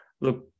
look